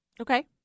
Okay